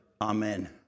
Amen